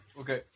okay